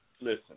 Listen